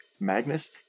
Magnus